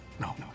No